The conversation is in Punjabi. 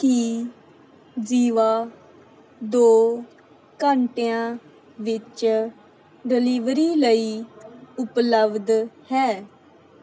ਕੀ ਜੀਵਾ ਦੋ ਘੰਟਿਆਂ ਵਿੱਚ ਡਿਲੀਵਰੀ ਲਈ ਉਪਲਬਧ ਹੈ